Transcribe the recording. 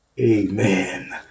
amen